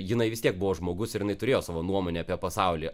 jinai vis tiek buvo žmogus ir jinai turėjo savo nuomonę apie pasaulį